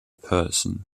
person